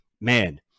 man